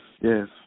yes